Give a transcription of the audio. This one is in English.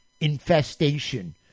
infestation